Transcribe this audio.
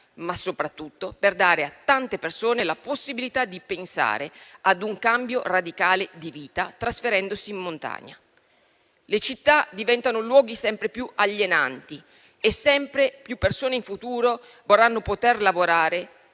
ma soprattutto per dare a tante persone la possibilità di pensare a un cambio radicale di vita trasferendosi in montagna. Le città diventano luoghi sempre più alienanti e sempre più persone in futuro vorranno poter lavorare